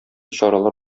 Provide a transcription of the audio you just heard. чаралар